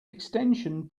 extension